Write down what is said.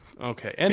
Okay